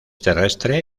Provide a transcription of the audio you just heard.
terrestre